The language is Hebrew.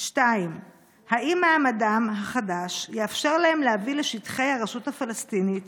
2. האם מעמדם החדש יאפשר להם להביא לשטחי הרשות הפלסטינית